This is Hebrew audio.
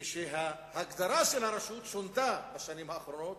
כאשר ההגדרה של הרשות שונתה בשנים האחרונות